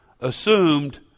assumed